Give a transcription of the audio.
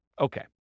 Okay